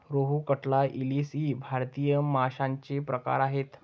रोहू, कटला, इलीस इ भारतीय माशांचे प्रकार आहेत